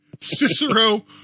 Cicero